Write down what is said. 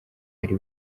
ari